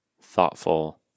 thoughtful